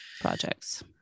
projects